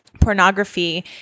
pornography